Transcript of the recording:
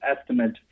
estimate